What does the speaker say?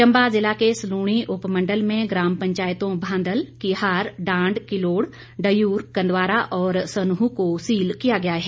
चम्बा जिला के सलूणी उप मण्डल में ग्राम पंचायतों भांदल किहार डांड किलोड़ डयूर कंदवारा और सनूह को सील किया गया है